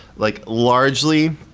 like largely,